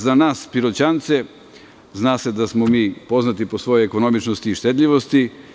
Za nas Piroćance zna se da smo mi poznati po svojoj ekonomičnosti i štedljivosti.